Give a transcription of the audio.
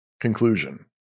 Conclusion